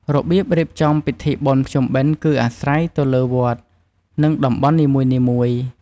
របៀបរៀបចំពិធីបុណ្យភ្ជុំបិណ្ឌគឺអាស្រ័យទៅលើវត្ត និងតំបន់នីមួយៗ។